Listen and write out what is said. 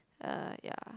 uh ya